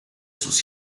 sus